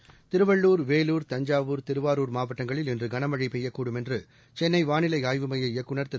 seconds Tiruvallur Vellore Thanjavur Tiruvarur மாவட்டங்களில் இன்று கனமழை பெய்யக்கூடும் என்று சென்னை வானிலை ஆய்வு மைய இயக்குநர் திரு